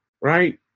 right